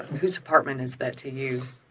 whose apartment is that to you?